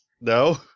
No